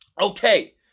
okay